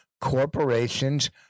corporations